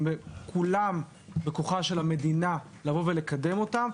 ובכוחה של המדינה לבוא ולקדם אותם.